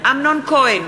אמנון כהן,